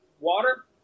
Water